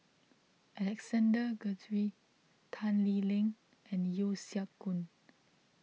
Alexander Guthrie Tan Lee Leng and Yeo Siak Goon